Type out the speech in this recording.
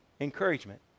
encouragement